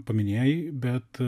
paminėjai bet